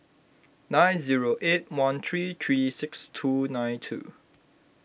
nine zero eight one three three six two nine two